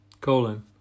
colon